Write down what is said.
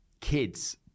kids